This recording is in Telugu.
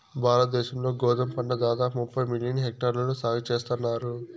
భారత దేశం లో గోధుమ పంట దాదాపు ముప్పై మిలియన్ హెక్టార్లలో సాగు చేస్తన్నారు